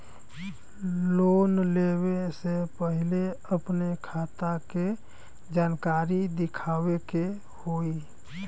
Loan लेवे से पहिले अपने खाता के जानकारी दिखावे के होई?